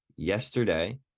Yesterday